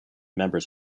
members